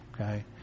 Okay